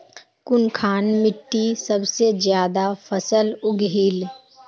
कुनखान मिट्टी सबसे ज्यादा फसल उगहिल?